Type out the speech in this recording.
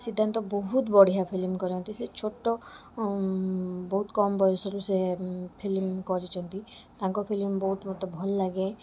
ସିଦ୍ଧାନ୍ତ ବହୁତ ବଢ଼ିଆ ଫିଲ୍ମ କରନ୍ତି ସେ ଛୋଟ ବହୁତ କମ୍ ବୟସରୁ ସେ ଫିଲ୍ମ କରିଛନ୍ତି ତାଙ୍କ ଫିଲ୍ମ ବହୁତ ମତେ ଭଲ ଲାଗେ